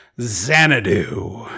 Xanadu